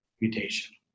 mutation